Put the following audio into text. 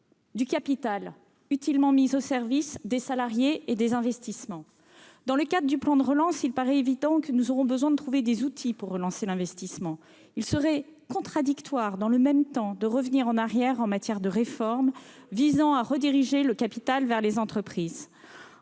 du capital utilement mis au service des salariés et des investissements ? Dans le cadre du plan de relance, il paraît évident que nous aurons besoin de trouver des outils pour relancer l'investissement. Il serait contradictoire, dans le même temps, de revenir en arrière en matière de réformes visant à rediriger le capital vers les entreprises.